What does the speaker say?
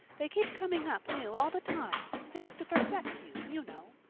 they keep coming up new all the time things to perplex you, you know.